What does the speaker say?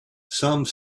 some